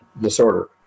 disorder